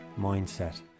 mindset